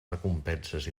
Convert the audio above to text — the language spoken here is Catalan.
recompenses